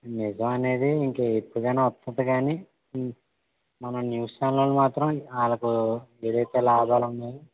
నిజం అనేది ఇంక ఎప్పటికైనా వస్తాది కానీ మన న్యూస్ ఛానెల్ మాత్రం వాళ్ళకు ఏదైతే లాభాలు ఉన్నాయో